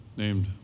named